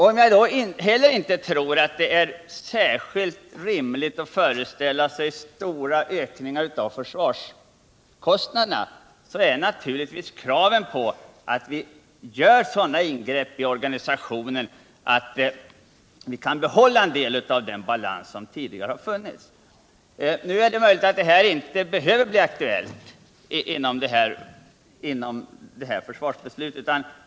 Om jag då inte heller tror att det är särskilt rimligt med stora ökningar av försvarskostnaderna så innebär det naturligtvis krav på att vi gör sådana ingrepp i organisationen att vi kan behålla 2n del av den balans som tidigare funnits. Det är möjligt att det här inte behöver bli aktuellt inom det nuvarande Försvarspolitiken, försvarsbeslutets ram.